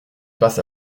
passe